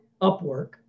Upwork